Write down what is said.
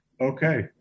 okay